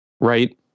Right